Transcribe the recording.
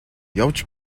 явж